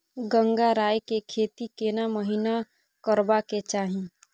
गंगराय के खेती केना महिना करबा के चाही?